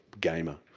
gamer